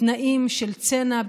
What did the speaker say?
בתנאים של צנע,